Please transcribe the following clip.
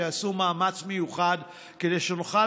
שעשו מאמץ מיוחד כדי שנוכל,